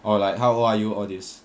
or like how old are you all this